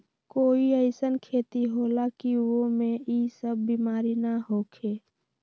कोई अईसन खेती होला की वो में ई सब बीमारी न होखे?